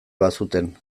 bazuten